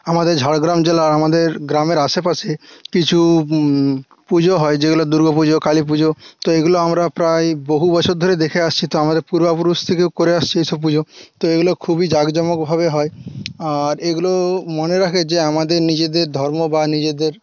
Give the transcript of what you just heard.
আমাদের ঝড়গ্রাম জেলার আমাদের গ্রামের আশেপাশে কিছু পুজো হয় যেগুলো দুর্গাপুজো কালীপুজো তো এইগুলো আমরা প্রায় বহু বছর ধরে দেখে আসছি তো আমাদের পূর্বপুরুষ থেকেও করে আসছি এসব পুজো তো এগুলো খুবই জাঁকজমকভাবে হয় আর এগুলো মনে রাখে যে আমাদের নিজেদের ধর্ম বা নিজেদের